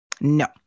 No